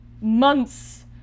months